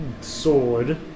sword